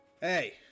Hey